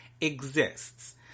exists